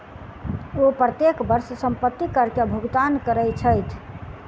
ओ प्रत्येक वर्ष संपत्ति कर के भुगतान करै छथि